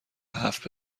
هفت